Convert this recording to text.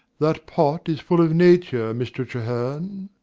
that pot is full of nature, mr. treherne.